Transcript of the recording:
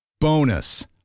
Bonus